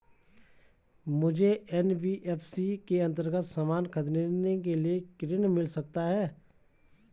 मुझे एन.बी.एफ.सी के अन्तर्गत सामान खरीदने के लिए ऋण मिल सकता है?